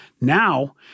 Now